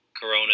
Corona